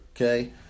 okay